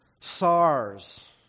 SARS